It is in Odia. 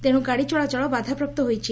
ତେଶୁ ଗାଡ଼ି ଚଳାଚଳ ବାଧାପ୍ରାପ୍ତ ହୋଇଛି